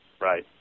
right